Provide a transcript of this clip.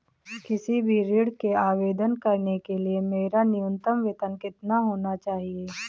किसी भी ऋण के आवेदन करने के लिए मेरा न्यूनतम वेतन कितना होना चाहिए?